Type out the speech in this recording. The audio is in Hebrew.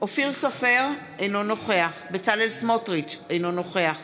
אופיר סופר, אינו נוכח בצלאל סמוטריץ' אינו נוכח